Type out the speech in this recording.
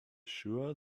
sure